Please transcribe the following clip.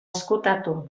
ezkutatu